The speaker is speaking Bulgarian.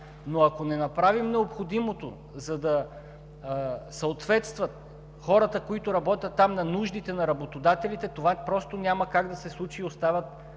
но ако не направим необходимото, за да съответстват хората, които работят там, на нуждите на работодателите, това просто няма как да се случи и остават